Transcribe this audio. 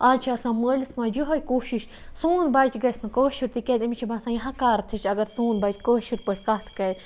آز چھِ آسان مٲلِس ماجہِ یِہے کوٗشِش سون بَچہِ گَژھِ نہٕ گٲشُر تکیازِ امس چھ باسان سُہ ہَکارَت ہِش اگر سون بَچہِ کٲشِر پٲٹھۍ کتھ کَرِ